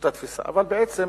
אבל בעצם